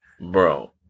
bro